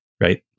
Right